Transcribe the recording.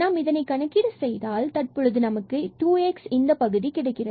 நாம் இதை கணக்கீடு செய்தால் இப்பொழுது நமக்கு 2x இந்த பகுதி கிடைக்கிறது